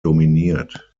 dominiert